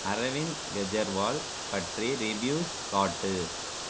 அரவிந்த் கெஜ்ரிவால் பற்றி ரிவ்யூஸ் காட்டு